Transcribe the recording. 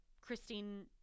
Christine